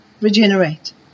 regenerate